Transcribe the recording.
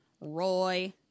Roy